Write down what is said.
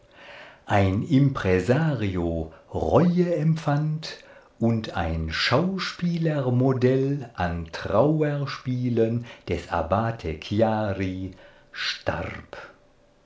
ein impresario reue empfand und ein schauspielermodell an trauerspielen des abbate chiari starb